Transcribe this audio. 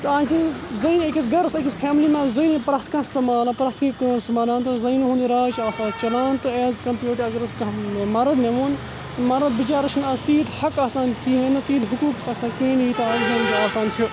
تہٕ اَز چھِ زٔنۍ أکِس گَرَس أکِس فیملی منٛز زٔنۍ پرٮ۪تھ کانٛہہ سنٛبھالان پرٮ۪تھ کُنہِ کٲم سنٛبھالان تہٕ زَنہِ ہیُٚنٛد راج چھِ اَتھ اَز چَلان تہٕ ایز کَمپیٲڑ ٹُوٚ اگر أسۍ کانٛہہ مرٕد مےٚ ووٚن مرٕد بِچارَس چھِنہٕ اَز تیٖتۍ حق آسان کِہیٖنۍ نہٕ تیٖتۍ حقوٗق آسان کِہیٖنۍ ییٖتیٛاہ اَز زَنہِ آسان چھِ